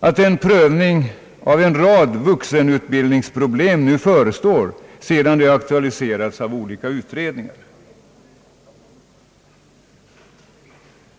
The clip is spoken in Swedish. att en prövning av en rad vuxenutbildningsproblem nu förestår sedan de aktualiserats av olika utredningar.